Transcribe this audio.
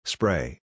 Spray